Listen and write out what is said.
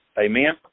Amen